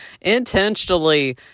intentionally